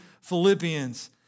Philippians